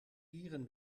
dieren